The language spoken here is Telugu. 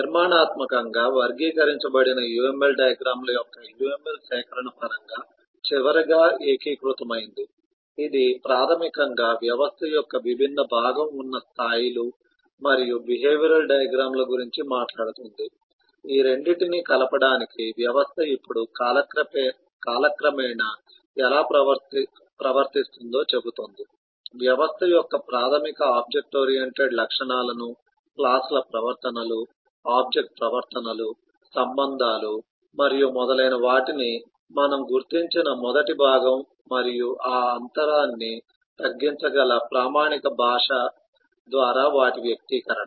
నిర్మాణాత్మకంగా వర్గీకరించబడిన UML డయాగ్రమ్ ల యొక్క UML సేకరణ పరంగా చివరగా ఏకీకృతమైంది ఇది ప్రాథమికంగా వ్యవస్థ యొక్క విభిన్న భాగం ఉన్న స్థాయిలు మరియు బిహేవియరల్ డయాగ్రమ్ ల గురించి మాట్లాడుతుంది ఈ 2 టిని కలపడానికి వ్యవస్థ ఇప్పుడు కాలక్రమేణా ఎలా ప్రవర్తిస్తుందో చెబుతుంది వ్యవస్థ యొక్క ప్రాథమిక ఆబ్జెక్ట్ ఓరియెంటెడ్ లక్షణాలను క్లాస్ ల ప్రవర్తనలు ఆబ్జెక్ట్ ప్రవర్తనలు సంబంధాలు మరియు మొదలైనవాటిని మనము గుర్తించిన మొదటి భాగం మరియు ఈ అంతరాన్ని తగ్గించగల ప్రామాణిక భాష ద్వారా వాటి వ్యక్తీకరణ